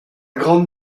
grande